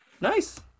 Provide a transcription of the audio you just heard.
Nice